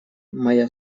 моя